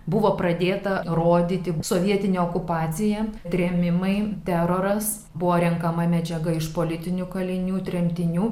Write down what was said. buvo pradėta rodyti sovietinė okupacija trėmimai teroras buvo renkama medžiaga iš politinių kalinių tremtinių